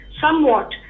somewhat